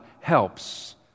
helps